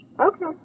Okay